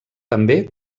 també